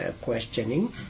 questioning